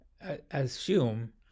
assume